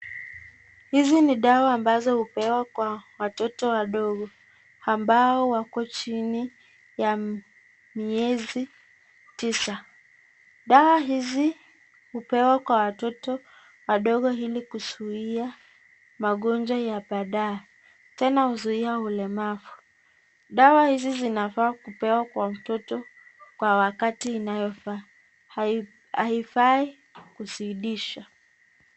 Hizi ni dawa ambazo hupewa kwa watoto wadogo ambao wako chini ya miezi tisa. Dawa hizi hupewa kwa watoto wadogo ili kuzuia magonjwa ya baadaye. Tena huzuia ulemavu. Dawa hizi zinafaa kupewa kwa mtoto kwa wakati inayofaa. Haifai kuzidisha.